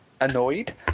annoyed